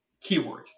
keyword